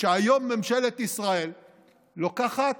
שהיום ממשלת ישראל לוקחת